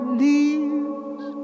leaves